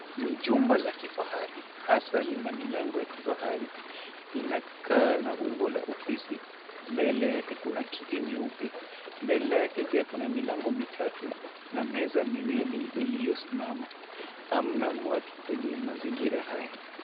Ni jumba la kifahari hasa lina milango ya kifahari. Linakaa la umbo la ofisi. Mbele yake kuna kiti nyeupe. Mbele yake pia kuna milango mitatu na meza miwili iliosimama. Hamna watu kwenye majingira haya.